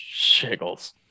Shiggles